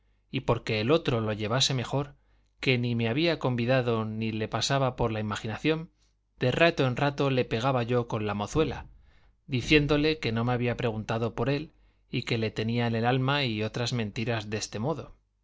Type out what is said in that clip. y porque el otro lo llevase mejor que ni me había convidado ni le pasaba por la imaginación de rato en rato le pegaba yo con la mozuela diciendo que me había preguntado por él y que le tenía en el alma y otras mentiras de este modo